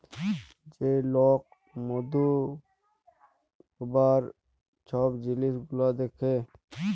যে লক মধু হ্যবার ছব জিলিস গুলাল দ্যাখে